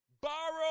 borrow